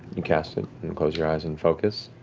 you cast it. close your eyes and focus.